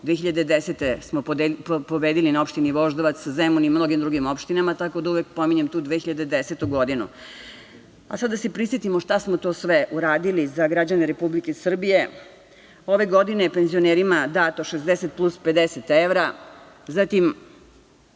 godine smo pobedili na opštini Voždovac, Zemun i mnogim drugim opštinama tako da uvek pominjem tu 2010. godinu. Sada da se prisetimo šta smo to sve uradili za građane Republike Srbije. Ove godine penzionerima dato 60 plus 50 evra, zatim